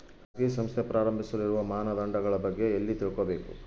ಖಾಸಗಿ ಸಂಸ್ಥೆ ಪ್ರಾರಂಭಿಸಲು ಇರುವ ಮಾನದಂಡಗಳ ಬಗ್ಗೆ ಎಲ್ಲಿ ತಿಳ್ಕೊಬೇಕು?